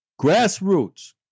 Grassroots